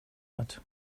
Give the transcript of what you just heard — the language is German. hat